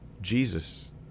Jesus